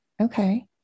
Okay